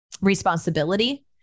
responsibility